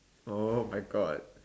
oh my God